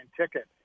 ticket